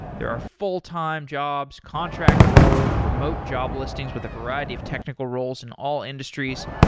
there are fulltime jobs, contract roles, remote job listings with a variety of technical roles in all industries,